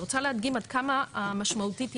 אני רוצה להדגים עד כמה משמעותית היא